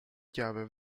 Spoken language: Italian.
chiave